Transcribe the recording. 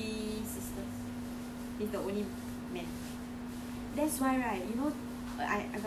no he got three sisters he is the only man